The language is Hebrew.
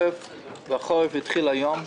החורף התחיל היום,